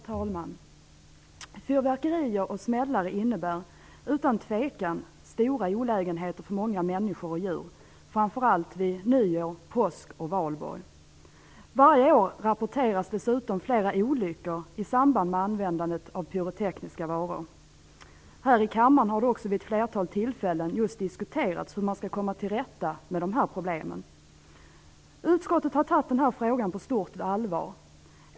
Herr talman! Fyrverkerier och smällare innebär utan tvekan stora olägenheter för många människor och djur, framför allt vid nyår, påsk och valborgsmässoafton. Varje år rapporteras dessutom flera olyckor i samband med användandet av pyrotekniska varor. Här i kammaren har det också vid ett flertal tillfällen just diskuterats hur man skall komma till rätta med dessa problem. Utskottet har tagit frågan på stort allvar.